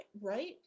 right